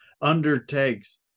undertakes